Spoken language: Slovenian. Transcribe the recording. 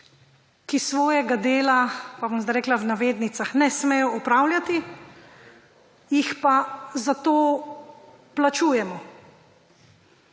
ki svojega dela, pa bom zdaj rekla v navednicah, ne smejo opravljati, jih pa za to plačujemo.